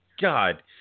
God